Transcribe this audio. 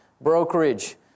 brokerage